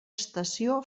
estació